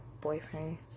boyfriend